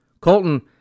Colton